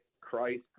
Christ